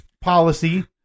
policy